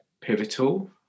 pivotal